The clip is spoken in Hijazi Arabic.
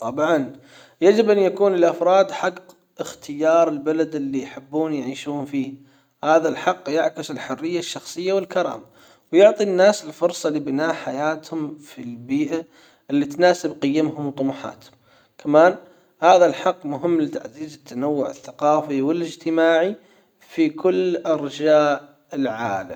طبعًا يجب ان يكون الافراد حق اختيار البلد اللي يحبون يعيشون فيه هذا الحق يعكس الحرية الشخصية والكرامة ويعطي الناس الفرصة لبناء حياتهم في البيئة اللي تناسب قيمهم وطموحاتهم كمان هذا الحق مهم لتعزيز التنوع الثقافي والاجتماعي في كل ارجاء العالم.